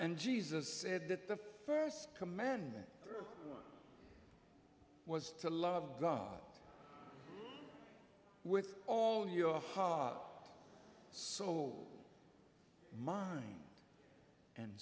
and jesus said that the first commandment was to love god with all your heart soul mind and